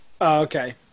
okay